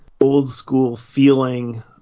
old-school-feeling